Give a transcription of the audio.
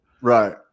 Right